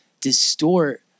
distort